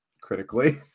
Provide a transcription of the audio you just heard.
critically